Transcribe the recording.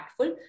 impactful